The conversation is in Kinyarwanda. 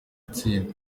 tsinda